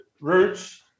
roots